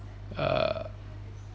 uh